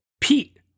Pete